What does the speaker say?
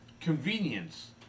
convenience